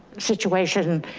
situation,